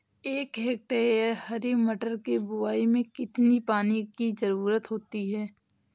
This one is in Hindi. एक हेक्टेयर हरी मटर की बुवाई में कितनी पानी की ज़रुरत होती है?